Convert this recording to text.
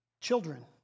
Children